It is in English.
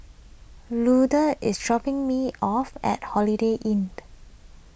Luther is dropping me off at Holiday Inn